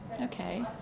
okay